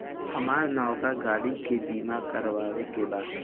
हामरा नवका गाड़ी के बीमा करावे के बा